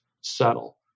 settle